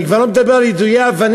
אני כבר לא מדבר על יידויי אבנים